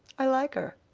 i like her.